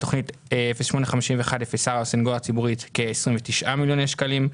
בתוכנית 08-51-04 הסנגוריה הציבורית: כ-29 מיליוני שקלים.